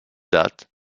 date